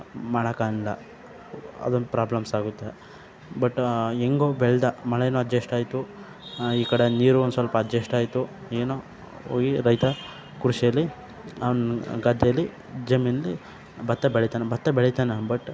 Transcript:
ಮಾಡಕಾನ್ಲಿಲ್ಲ ಅದೊಂದು ಪ್ರಾಬ್ಲಮ್ಸ್ ಆಗುತ್ತೆ ಬಟ್ ಹೆಂಗೋ ಬೆಳೆದ ಮಳೆನೂ ಅಡ್ಜಸ್ಟ್ ಆಯಿತು ಈ ಕಡೆ ನೀರು ಒಂದು ಸ್ವಲ್ಪ ಅಡ್ಜಸ್ಟ್ ಆಯಿತು ಏನೋ ಹೋಗಿ ರೈತ ಕೃಷಿಯಲ್ಲಿ ಅವ್ನ ಗದ್ದೇಲಿ ಜಮೀನಲ್ಲಿ ಭತ್ತ ಬೆಳಿತಾನೆ ಭತ್ತ ಬೆಳಿತಾನೆ ಬಟ್